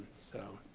so,